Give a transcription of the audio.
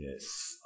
Yes